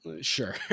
sure